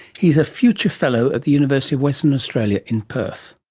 he is a future fellow at the university of western australia in perth.